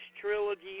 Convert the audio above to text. trilogy